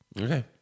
Okay